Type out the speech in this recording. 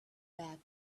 back